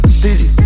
city